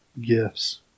gifts